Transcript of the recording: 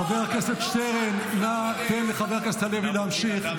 חבר הכנסת שטרן, נא תן לחבר הכנסת הלוי להמשיך.